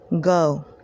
Go